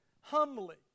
humbly